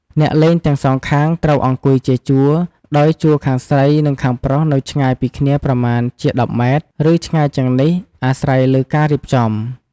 អ្នកលេងទាំងសងខាងត្រូវអង្គុយជាជួរ ដោយជួរខាងស្រីនិងខាងប្រុសនៅឆ្ងាយពីគ្នាប្រមាណជា១០ម៉ែត្រ ឬឆ្ងាយជាងនេះអាស្រ័យលើការរៀបចំ។